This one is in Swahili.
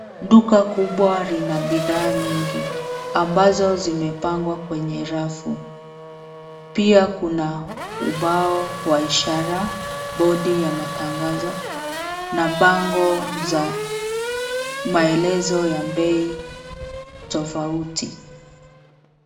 Duka kubwa lina bidhaa nyingi ambazo zimepangwa kwenye rafu. Pia kuna ubao wa ishara, bodi ya matangazo na bango za maelezo ya bei tofauti.